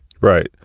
Right